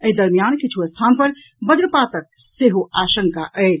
एहि दरमियान किछु स्थान पर वज्रपातक सेहो आशंका अछि